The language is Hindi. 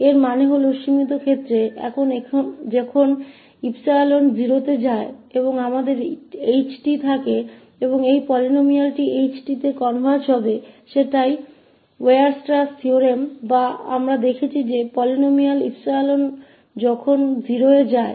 इसका मतलब है कि सीमित मामले में जब 𝜖 0 पर जाता है तो हमारे पास ℎ𝑡 होता है और यह बहुपद ℎ𝑡 में परिवर्तित हो जाएगा जो कि वीयरस्ट्रैस प्रमेय है जिसे हमने देखा है कि यह बहुपद 𝜖 तब जाता है जब 𝜖 0 पर जाता है